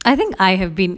I think I have been